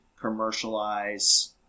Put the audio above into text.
commercialize